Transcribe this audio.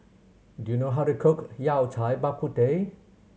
do you know how to cook Yao Cai Bak Kut Teh